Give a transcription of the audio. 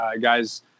guys